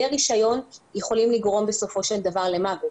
רישיון יכולים לגרום בסופו של דבר למוות.